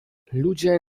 ludzie